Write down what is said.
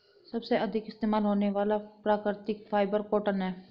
सबसे अधिक इस्तेमाल होने वाला प्राकृतिक फ़ाइबर कॉटन है